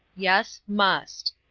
yes, must.